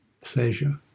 pleasure